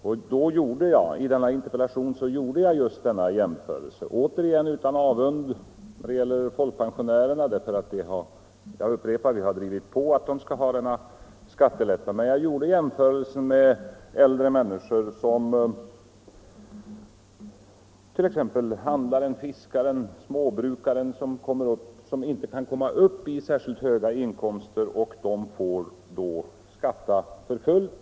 Utan avund mot folkpensionärerna — jag upprepar att vi har drivit på för att ge dem denna skattelättnad — gjorde jag i den interpellationen en jämförelse med äldre människor som t.ex. handlaren, fiskaren, småbrukaren som inte kan komma upp i särskilt höga inkomster men ändå får skatta för fullt.